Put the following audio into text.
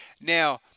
Now